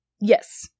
Yes